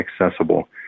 accessible